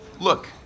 Look